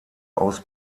aus